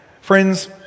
Friends